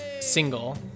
single